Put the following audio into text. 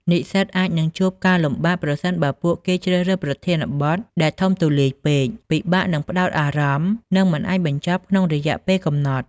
និស្សិតអាចនឹងជួបការលំបាក ប្រសិនបើពួកគេជ្រើសរើសប្រធានបទដែលធំទូលាយពេក ពិបាកនឹងផ្តោតអារម្មណ៍ និងមិនអាចបញ្ចប់ក្នុងរយៈពេលកំណត់។